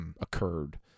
occurred